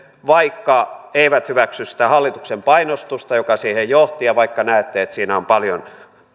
vaikka eivät hyväksy sitä hallituksen painostusta joka siihen johti ja vaikka näette että siinä on paljon